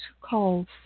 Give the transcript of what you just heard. calls